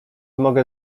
mogę